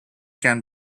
can